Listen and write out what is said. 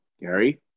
gary